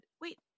wait